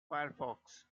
firefox